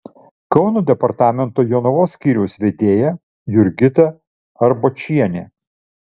kauno departamento jonavos skyriaus vedėja jurgita arbočienė